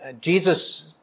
Jesus